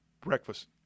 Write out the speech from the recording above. breakfast